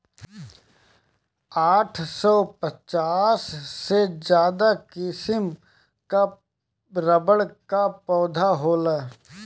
आठ सौ पचास से ज्यादा किसिम कअ रबड़ कअ पौधा होला